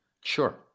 Sure